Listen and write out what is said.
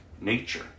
nature